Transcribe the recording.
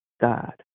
God